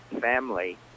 family